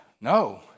No